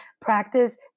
Practice